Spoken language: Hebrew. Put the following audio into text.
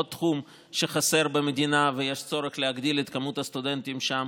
עוד תחום שחסר במדינה ויש צורך להגדיל את כמות הסטודנטים שם,